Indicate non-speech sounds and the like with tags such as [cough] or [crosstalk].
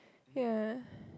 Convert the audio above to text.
ya [breath]